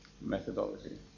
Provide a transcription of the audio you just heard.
methodology